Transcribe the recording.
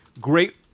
Great